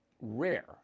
rare